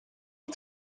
wyt